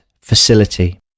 facility